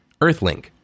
Earthlink